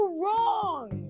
wrong